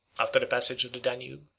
after the passage of the danube,